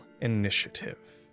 initiative